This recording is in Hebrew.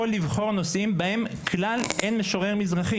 לבחור נושאים בהם כלל אין משורר מזרחי,